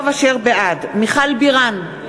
בעד מיכל בירן,